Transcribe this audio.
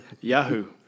Yahoo